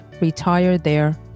retirethere